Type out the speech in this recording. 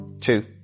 two